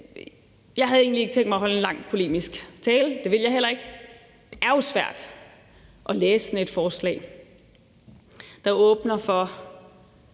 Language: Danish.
Jeg havde egentlig ikke tænkt mig at holde en lang, polemisk tale. Det vil jeg heller ikke. Det er jo svært at læse sådan et forslag, der åbner for